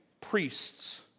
priests